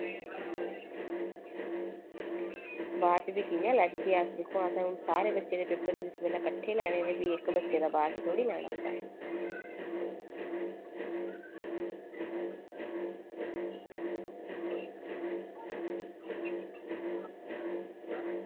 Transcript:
बाद च भी कियां लैगे अस दिक्खो आं हून असें सारें बच्चें दे इस बेल्लै कट्ठे लैने ते इक्क बच्चे दा बाद च थोह्ड़े ना लैना होंदा